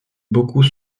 beaucoup